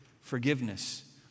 forgiveness